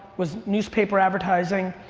was newspaper advertising,